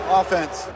offense